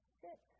sit